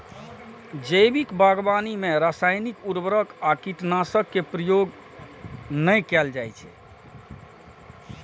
जैविक बागवानी मे रासायनिक उर्वरक आ कीटनाशक के प्रयोग नै कैल जाइ छै